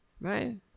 right